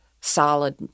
solid